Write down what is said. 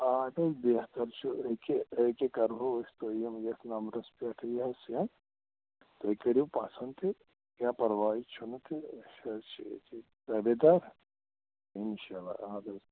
آ اَدٕ حظ بہتر چھُ أکہِ أکہِ کَرٕہو أسۍ تۄہہِ یِم یَتھ نَمبرَس پٮ۪ٹھٕے سینٛڈ تُہۍ کٔرِو پَسَنٛد تہِ کیٚنٛہہ پرواے چھُنہٕ تہٕ أسۍ حظ چھِ ییٚتہِ تٲبیادار اِنشاء اللہ اَدٕ حظ